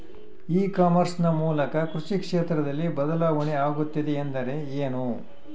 E commerce ನ ಮೂಲಕ ಕೃಷಿ ಕ್ಷೇತ್ರದಲ್ಲಿ ಬದಲಾವಣೆ ಆಗುತ್ತಿದೆ ಎಂದರೆ ಏನು?